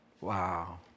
Wow